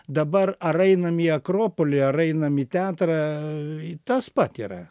dabar ar einam į akropolį ar einam į teatrą tas pat yra